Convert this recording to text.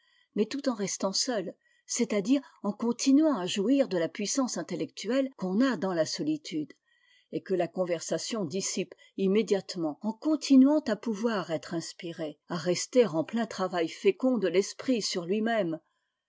mais tout en restant seul c'est-à-dire en continuant à jouir de la puissance intellectuelle qu'on a dans la solitude et que la conversation dissipe immédiatement en continuant a pouvoir être inspiré à rester en plein travail fécond de l'esprit sur lui-même